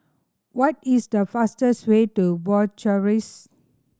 what is the fastest way to Bucharest